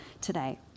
today